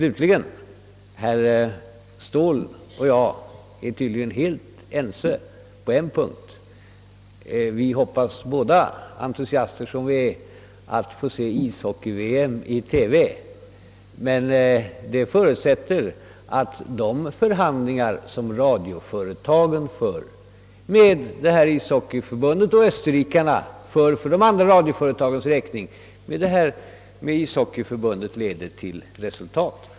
Herr Ståhl och jag är tydligen helt ense på en punkt: vi hoppas båda, entusiaster som vi är, att få se ishockey VM i TV. Men det förutsätter att de förhandlingar som den österrikiska televisionen för med Internationella ishockeyförbundet för radiounionens och dess medlemmars räkning leder till resultat.